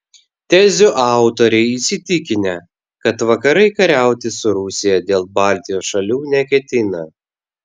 tezių autoriai įsitikinę kad vakarai kariauti su rusija dėl baltijos šalių neketina